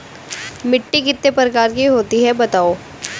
मिट्टी कितने प्रकार की होती हैं बताओ?